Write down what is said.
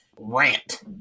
rant